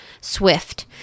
swift